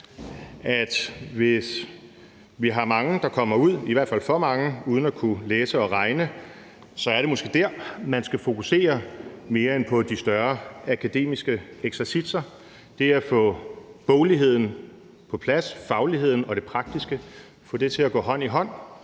fald har for mange, der kommer ud uden at kunne læse og regne, så måske mere er det, man skal fokusere på, end på de større akademiske eksercitser. Det handler om at få bogligheden på plads og få fagligheden og det praktiske til at gå hånd i hånd,